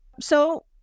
So-